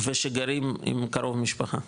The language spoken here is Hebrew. ושגרים עם קרוב משפחה.